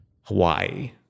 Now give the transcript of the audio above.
Hawaii